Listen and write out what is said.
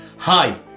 Hi